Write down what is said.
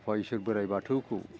आफा इसोर बोराय बाथौखौ